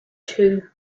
two